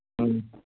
ꯎꯝ